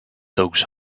those